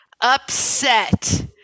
upset